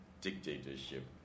dictatorship